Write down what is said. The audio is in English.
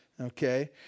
okay